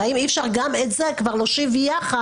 האם אי אפשר גם את זה כבר להושיב יחד?